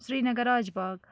Srinagar Raj Bagh